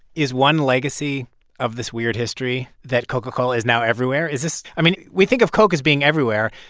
is one legacy of this weird history that coca-cola is now everywhere? is this i mean, we think of coke as being everywhere.